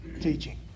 teaching